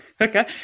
Okay